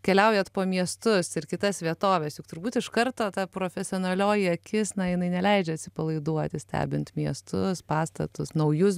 keliaujat po miestus ir kitas vietoves juk turbūt iš karto ta profesionalioji akis na jinai neleidžia atsipalaiduoti stebint miestus pastatus naujus